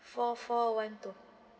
four four one two